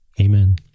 Amen